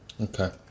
Okay